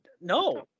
no